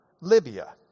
Libya